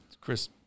Chris